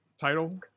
title